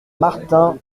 martin